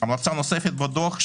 המלצה נוספת בדוח,